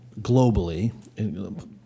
globally